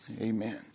Amen